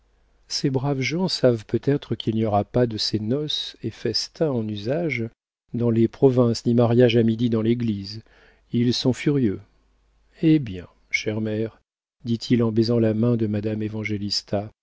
ces braves gens savent peut-être qu'il n'y aura pas de ces nopces et festins en usage dans les provinces ni mariage à midi dans l'église ils sont furieux eh bien chère mère dit-il en baisant la main de madame